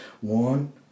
One